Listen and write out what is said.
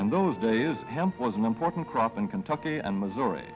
and those days hemp was an important crop in kentucky and missouri